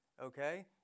Okay